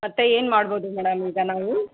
ಮತ್ತೆ ಏನು ಮಾಡ್ಬೋದು ಮೇಡಮ್ ಈಗ ನಾವು